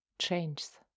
changes